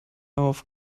auf